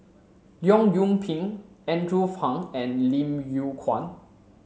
Leong Yoon Pin Andrew Phang and Lim Yew Kuan